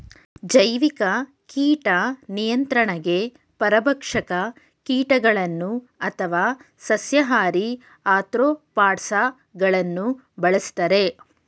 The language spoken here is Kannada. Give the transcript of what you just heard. ಜೈವಿಕ ಕೀಟ ನಿಯಂತ್ರಣಗೆ ಪರಭಕ್ಷಕ ಕೀಟಗಳನ್ನು ಅಥವಾ ಸಸ್ಯಾಹಾರಿ ಆಥ್ರೋಪಾಡ್ಸ ಗಳನ್ನು ಬಳ್ಸತ್ತರೆ